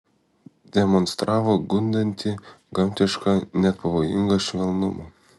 demonstravo gundantį gamtišką net pavojingą švelnumą